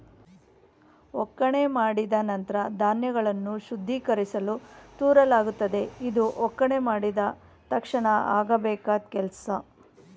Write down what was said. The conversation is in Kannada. ಒಕ್ಕಣೆ ಮಾಡಿದ ನಂತ್ರ ಧಾನ್ಯಗಳನ್ನು ಶುದ್ಧೀಕರಿಸಲು ತೂರಲಾಗುತ್ತದೆ ಇದು ಒಕ್ಕಣೆ ಮಾಡಿದ ತಕ್ಷಣ ಆಗಬೇಕಾದ್ ಕೆಲ್ಸ